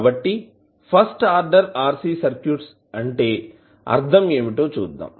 కాబట్టి first order RC circuits అంటే అర్థం ఏమిటో చూద్దాం